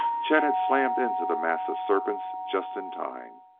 chet had slammed into the mass of serpents just in time,